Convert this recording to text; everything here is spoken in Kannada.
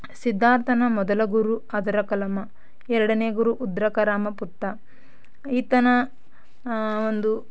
ಸಿದ್ಧಾರ್ಥನ ಮೊದಲ ಗುರು ಅದರ ಕಲಾಮ ಎರಡನೇ ಗುರು ಉದ್ರಕ ರಾಮಪುತ್ತ ಈತನ ಒಂದು